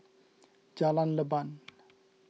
Jalan Leban